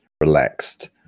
relaxed